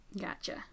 Gotcha